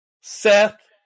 Seth